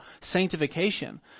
sanctification